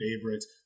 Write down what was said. favorites